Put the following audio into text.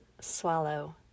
swallow